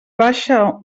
baixa